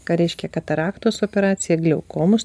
ką reiškia kataraktos operacija gliaukomos